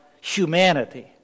humanity